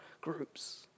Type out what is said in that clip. groups